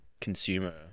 consumer